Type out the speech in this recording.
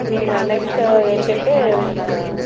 next ఏంటంటే మన